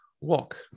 walk